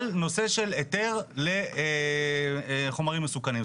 על נושא של היתר לחומרים מסוכנים,